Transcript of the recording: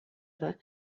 other